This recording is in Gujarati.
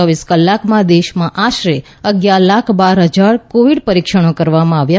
ચોવીસ કલાકમાં દેશમાં આશરે અગિયાર લાખ બાર હજાર કોવિડના પરીક્ષણ કરવામાં આવ્યા